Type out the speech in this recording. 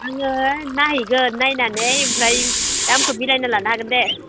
आङो नायहैगोन नायनानै ओमफ्राय दामखो मिलायना लानो हागोन दे